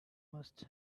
must